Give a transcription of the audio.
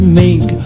make